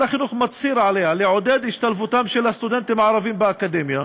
החינוך מצהירים עליה: לעודד השתלבותם של סטודנטים ערבים באקדמיה.